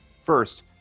First